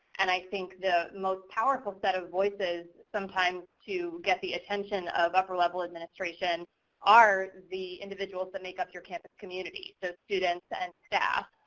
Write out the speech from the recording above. and i think the most powerful set of voices sometimes to get the attention of upper level administration are the individuals that make up your campus community. so students and staff.